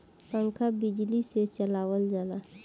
पंखा बिजली से चलावल जाला